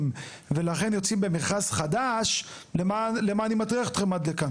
ולכן יוצאים במכרז חדש למה אני מטריח אתכם עד לכאן?